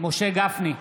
משה גפני,